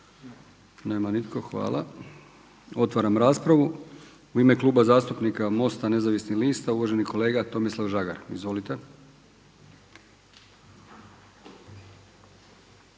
Nema niko. Hvala. Otvaram raspravu. U ime Kluba zastupnika MOST-a Nezavisnih lista uvaženi kolega Tomislav Žagar. Izvolite.